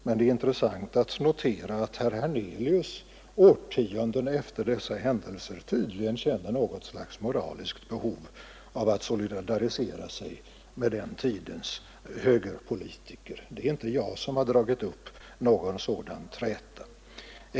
Men det är intressant att notera att herr Hernelius årtionden efter dessa händelser tydligen känner något slags moraliskt behov av att solidarisera sig med den tidens högerpolitiker. Det är inte jag som dragit upp någon sådan träta.